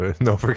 No